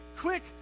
quick